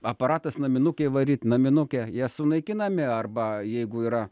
aparatas naminukei varyti naminukę jie sunaikinami arba jeigu yra